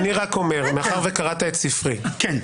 אני רק אומר, מאחר שקראת את ספרי -- כן.